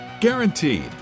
Guaranteed